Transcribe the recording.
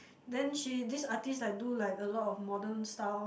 then she this artist like do like a lot of modern style